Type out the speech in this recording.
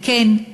וכן,